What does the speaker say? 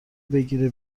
بگیره